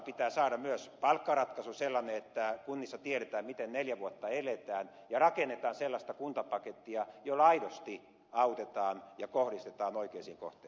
pitää saada myös sellainen palkkaratkaisu että kunnissa tiedetään miten neljä vuotta eletään ja rakennetaan sellaista kuntapakettia jolla aidosti autetaan ja joka kohdistetaan oikeisiin kohti